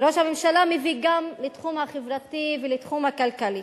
ראש הממשלה מביא גם לתחום החברתי ולתחום הכלכלי.